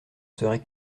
serait